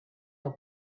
the